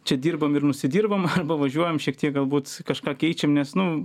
čia dirbam ir nusidirbam arba važiuojam šiek tiek galbūt kažką keičiam nes nu